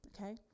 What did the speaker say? okay